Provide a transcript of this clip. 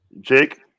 Jake